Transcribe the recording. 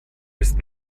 ist